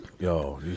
Yo